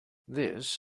this